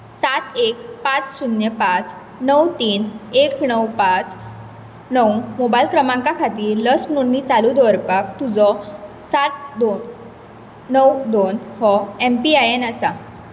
सात एक पांच शून्य पांच णव तीन एक णव पांच णव मोबायल क्रमांका खातीर लस नोंदणी चालू दवरपाक तुजो सात दोन णव दोन हो एम पी आय एन आसा